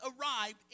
arrived